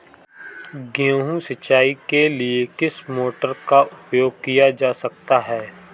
गेहूँ सिंचाई के लिए किस मोटर का उपयोग किया जा सकता है?